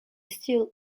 still